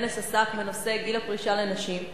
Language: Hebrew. הכנס עסק בנושא גיל הפרישה לנשים.